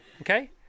okay